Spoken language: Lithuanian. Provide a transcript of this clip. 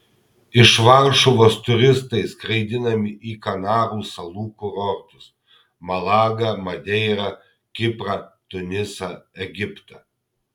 iš varšuvos turistai skraidinami į kanarų salų kurortus malagą madeirą kiprą tunisą egiptą